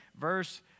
Verse